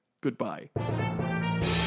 Goodbye